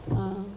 ah